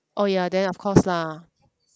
oh ya then of course lah